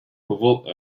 provoked